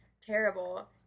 terrible